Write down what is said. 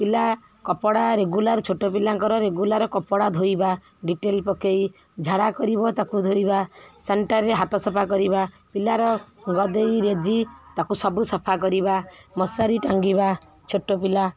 ପିଲା କପଡ଼ା ରେଗୁଲାର୍ ଛୋଟ ପିଲାଙ୍କର ରେଗୁଲାର୍ କପଡ଼ା ଧୋଇବା ଡ଼େଟଲ୍ ପକେଇ ଝାଡ଼ା କରିବ ତାକୁ ଧୋଇବା ସାନିଟାଇଜର୍ରେ ହାତ ସଫା କରିବା ପିଲାର ଗଦେଇ ରେଜି ତାକୁ ସବୁ ସଫା କରିବା ମଶାରୀ ଟାଙ୍ଗିବା ଛୋଟ ପିଲା